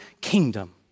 kingdom